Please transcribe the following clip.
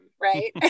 right